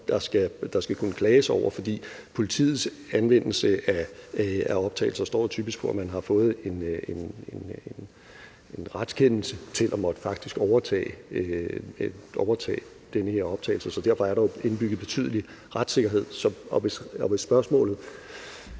der skal kunne klages over. For politiets anvendelse af optagelser hænger typisk sammen med, at man har fået en retskendelse til faktisk at overtage den her optagelse, så derfor er der indbygget en betydelig del af retssikkerhed. Hvis spørgsmålet